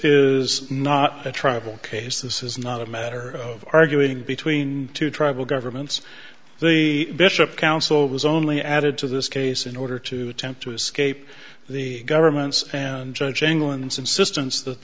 is not a travel case this is not a matter of arguing between two tribal governments the bishop counsel was only added to this case in order to attempt to escape the governments and judge england's insistence that